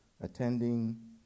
attending